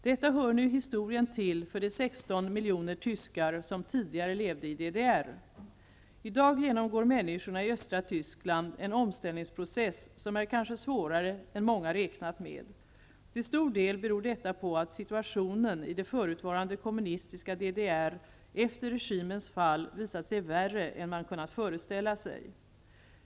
Detta hör nu historien till för de 16 miljoner tyskar som tidigare levde i DDR. I dag genomgår människorna i östra Tyskland en omställningsprocess som kanske är svårare än många räknat med. Till stor del beror detta på att situationen i det förutvarande kommunistiska DDR efter regimens fall visat sig värre än man kunnat föreställa sig.